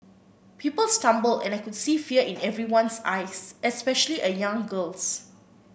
people stumbled and I could see fear in everyone's eyes especially a young girl's